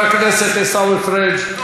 חבר הכנסת עיסאווי פריג',